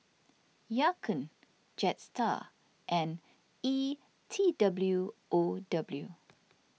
Ya Kun Jetstar and E T W O W